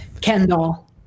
kendall